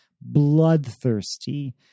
bloodthirsty